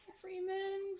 Freeman